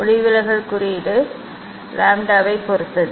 ஒளிவிலகல் குறியீடு லாம்ப்டாவைப் பொறுத்தது